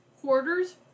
Quarters